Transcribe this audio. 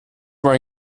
were